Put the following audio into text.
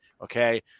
Okay